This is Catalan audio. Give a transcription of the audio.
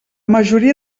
majoria